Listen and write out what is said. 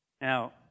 Now